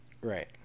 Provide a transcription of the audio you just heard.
Right